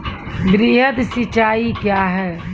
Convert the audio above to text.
वृहद सिंचाई कया हैं?